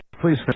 please